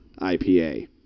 IPA